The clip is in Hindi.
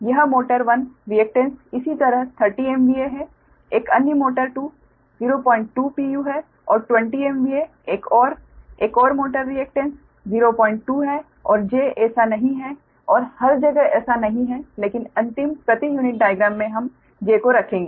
यह मोटर 1 रिएकटेन्स इसी तरह 30 MVA है एक अन्य मोटर 2 020 pu है और 20 MVA एक और एक और मोटर रिएकटेन्स 02 है और j ऐसा नहीं है और हर जगह ऐसा नहीं है लेकिन अंतिम प्रति यूनिट डाइग्राम में हम j को रखेंगे